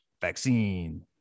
vaccine